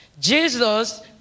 jesus